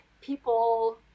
people